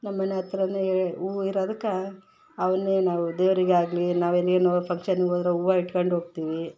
ನಮ್ಮ ಮನೆ ಹತ್ರನೇ ಹೂವು ಇರೋದಕ್ಕೆ ಅವನ್ನೆ ನಾವು ದೇವರಿಗಾಗ್ಲಿ ನಾವು ಎಲ್ಲಿಗಾದ್ರೂ ಫಂಕ್ಷನ್ಗೆ ಹೋದ್ರ್ ಹೂವು ಇಟ್ಕೊಂಡ್ ಹೋಗ್ತೀವಿ